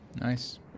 Nice